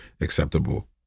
acceptable